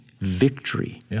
victory